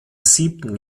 siebten